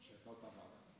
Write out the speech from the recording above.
שהייתה אותה ועדה.